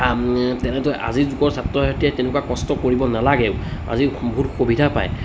তেনেদৰে আজিৰ যুগৰ ছাত্ৰহঁতে তেনেকুৱা কষ্ট কৰিব নালাগেও আজি বহুত সুবিধা পায়